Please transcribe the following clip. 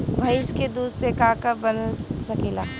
भइस के दूध से का का बन सकेला?